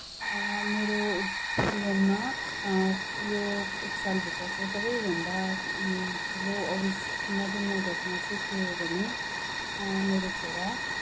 मेरो जीवनमा यो एक सालभित्रको सबैभन्दा ठुलो अविस्मरणीय घटना चाहिँ के हो भने मेरो छोरा